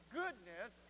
goodness